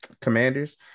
Commanders